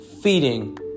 feeding